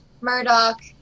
Murdoch